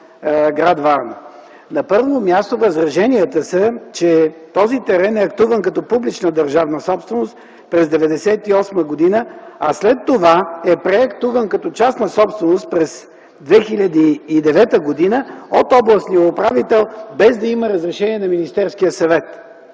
гр. Варна. На първо място, възраженията са, че този терен е актуван като публична държавна собственост през 1998 г., а след това е преактуван като частна собственост – през 2009 г., от областния управител без да има разрешение на Министерския съвет,